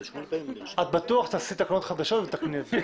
את בטוח תעשי תקנות חדשות ותתקני את זה.